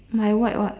my white what